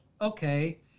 okay